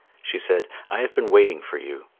she said, i have been waiting for you.